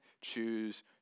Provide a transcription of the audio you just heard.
choose